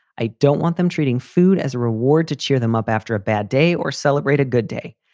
i don't want them treating food as a reward to cheer them up after a bad day or celebrate a good day.